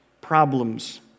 problems